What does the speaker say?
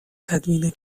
تدوین